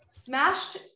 smashed